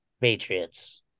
Patriots